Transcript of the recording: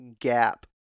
gap